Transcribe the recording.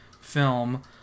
film